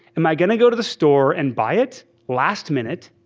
am i going to go to the store and buy it last minute?